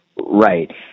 Right